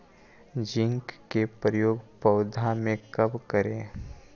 Zinc के प्रयोग पौधा मे कब करे?